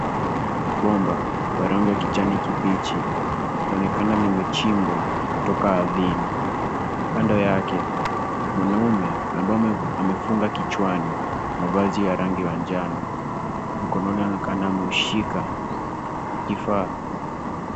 Bomba la rangi ya kijani kibichi linaonekana limechimbwa kutoka ardhini. Kando yake, mwanamume ambao amefunga kichwani mavazi ya rangi ya njano. Mkononi anaonekana ameshika kifaa.